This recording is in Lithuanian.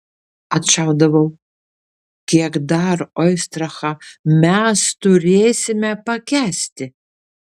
atšaudavau kiek dar oistrachą mes turėsime pakęsti